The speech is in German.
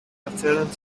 erzählen